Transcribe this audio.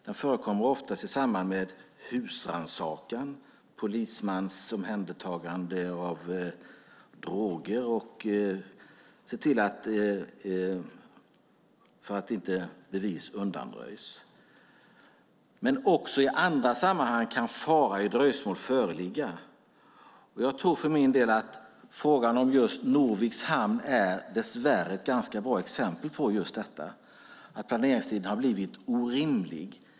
Den förekommer oftast i samband med husrannsakan eller polismans omhändertagande av droger och handlar om att bevis inte ska undanröjas. Också i andra sammanhang kan dock fara i dröjsmål föreligga. Jag tror för min del att frågan om Norviks hamn dess värre är ett ganska bra exempel på just detta. Planeringstiden har blivit orimlig.